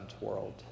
world